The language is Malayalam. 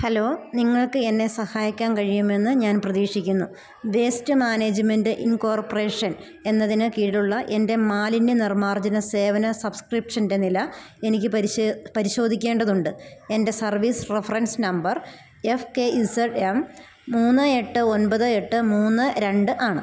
ഹലോ നിങ്ങൾക്ക് എന്നെ സഹായിക്കാൻ കഴിയുമെന്ന് ഞാൻ പ്രതീക്ഷിക്കുന്നു വേസ്റ്റ് മാനേജ്മെൻ്റ് ഇൻകോർപ്പറേഷൻ എന്നതിന് കീഴിലുള്ള എൻ്റെ മാലിന്യ നിർമാർജന സേവന സബ്സ്ക്രിപ്ഷൻ്റെ നില എനിക്ക് പരിശോധിക്കേണ്ടതുണ്ട് എൻ്റെ service reference number F K Z M മൂന്ന് എട്ട് ഒമ്പത് എട്ട് മൂന്ന് രണ്ട് ആണ്